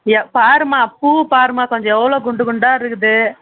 எ பாருமா பூ பாருமா கொஞ்சம் எவ்வளோ குண்டு குண்டாக இருக்குது